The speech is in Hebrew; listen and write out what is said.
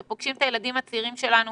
שפוגשים את הילדים הצעירים שלנו